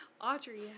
Audrey